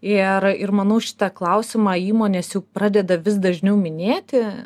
ir ir manau šitą klausimą įmonės jau pradeda vis dažniau minėti